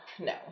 no